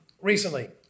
recently